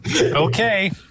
Okay